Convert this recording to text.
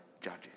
judges